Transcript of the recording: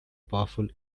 powerful